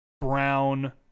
brown